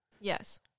Yes